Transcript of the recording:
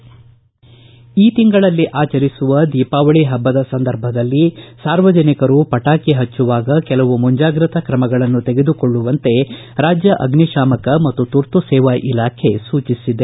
ಕು ತಿಂಗಳಲ್ಲಿ ಆಚರಿಸುವ ದೀಪಾವಳಿ ಹಬ್ಬದ ಸಂದರ್ಭದಲ್ಲಿ ಸಾರ್ವಜನಿಕರು ಪಟಾಕಿ ಪಚ್ಬುವಾಗ ಕೆಲವು ಮುಂಜಾಗ್ರತಾ ಕ್ರಮಗಳನ್ನು ತೆಗೆದುಕೊಳ್ಳುವಂತೆ ರಾಜ್ಯ ಅಗ್ನಿಶಾಮಕ ಮತ್ತು ತುರ್ತು ಸೇವಾ ಇಲಾಖೆ ಸೂಚಿಸಿದೆ